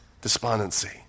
despondency